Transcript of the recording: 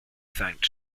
thanked